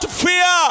fear